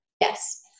Yes